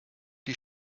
die